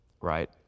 right